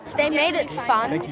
they made it fun.